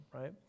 right